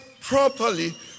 properly